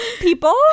people